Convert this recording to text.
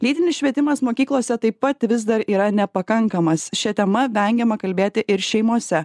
lytinis švietimas mokyklose taip pat vis dar yra nepakankamas šia tema vengiama kalbėti ir šeimose